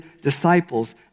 disciples